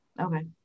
okay